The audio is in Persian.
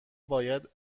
باید